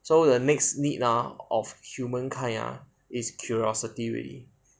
so the next need ah of humankind ah is curiosity man